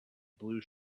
blue